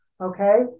okay